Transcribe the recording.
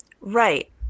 Right